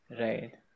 Right